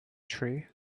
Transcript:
tree